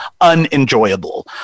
unenjoyable